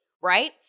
Right